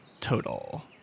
total